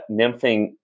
nymphing